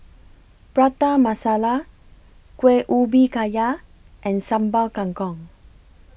Prata Masala Kueh Ubi Kayu and Sambal Kangkong